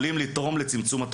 יכולים לתרום לצמצום התופעה.